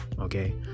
okay